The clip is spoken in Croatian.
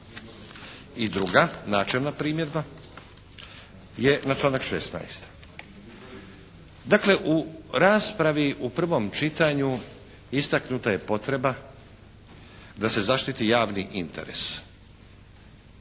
I druga, načelna primjedba je na članak 16. Dakle u raspravi u prvom čitanju istaknuta je potreba da se zaštiti javni interes,